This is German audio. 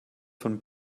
von